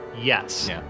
Yes